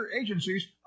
agencies